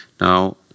Now